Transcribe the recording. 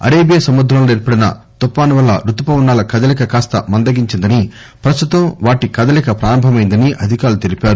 Arabia సముద్రంలో ఏర్పడిన తుపాను వల్ల రుతువపనాల కదలిక కాస్త మందగించిందని ప్రస్తుతం వాటి కదలిక ప్రారంభమైందని అధికారులు తెలిపారు